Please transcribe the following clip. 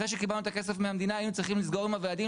אחרי שקיבלנו את הכסף מהמדינה היינו צריכים לסגור עם הוועדים,